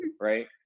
right